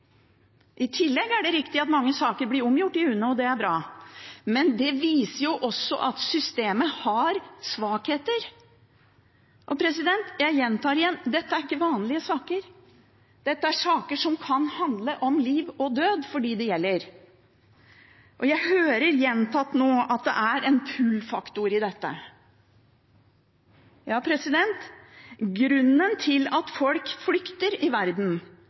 I tillegg er det riktig at mange saker blir omgjort i UNE, og det er bra, men det viser jo også at systemet har svakheter. Og jeg gjentar igjen: Dette er ikke vanlige saker; dette er saker som kan handle om liv og død for dem det gjelder. Jeg hører gjentatt nå at det er en «pull factor» i dette. Grunnen til at folk flykter i verden,